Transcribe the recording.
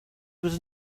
was